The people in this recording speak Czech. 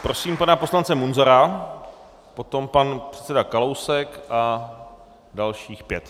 Prosím pana poslance Munzara, potom pan předseda Kalousek a dalších pět.